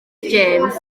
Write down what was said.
james